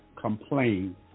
complain